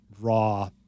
raw